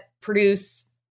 produce